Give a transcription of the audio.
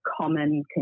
common